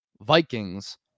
Vikings